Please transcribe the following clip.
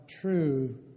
true